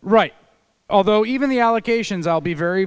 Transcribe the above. right although even the allegations i'll be very